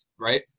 right